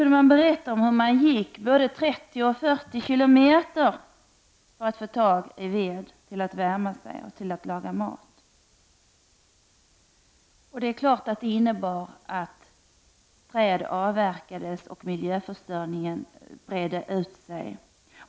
Det berättades att många gick både 30 och 40 kilometer för att få tag i ved till att värma sig och laga mat. Det är klart att detta innebar att träd avverkades och att miljöförstörelsen bredde ut sig.